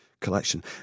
collection